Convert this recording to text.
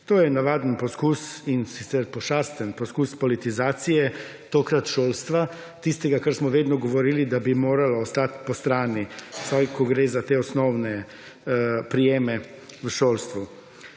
To je navaden poskus, in sicer pošasten poskus, politizacije, tokrat šolstva, tistega, kar smo vedno govorili, da bi moralo ostati po strani vsaj, ko gre za te osnovne prijeme v šolstvu.